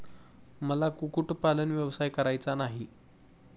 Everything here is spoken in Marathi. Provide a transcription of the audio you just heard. मला कुक्कुटपालन व्यवसाय करायचा नाही